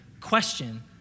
question